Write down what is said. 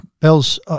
Bells